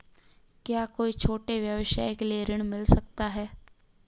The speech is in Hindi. क्या कोई छोटे व्यवसाय के लिए ऋण मिल सकता है?